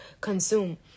consume